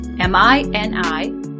M-I-N-I